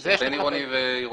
50 ו-90 עירוני,